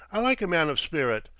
i like a man of spirit.